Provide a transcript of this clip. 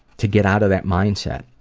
to get out of that mindset.